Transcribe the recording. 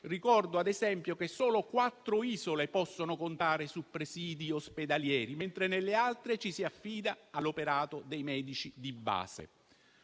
Ricordo, ad esempio, che solo quattro isole possono contare su presidi ospedalieri, mentre nelle altre ci si affida all'operato dei medici di base.